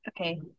Okay